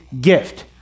gift